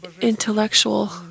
intellectual